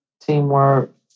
Teamwork